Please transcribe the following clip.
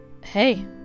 hey